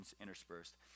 interspersed